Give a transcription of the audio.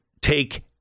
take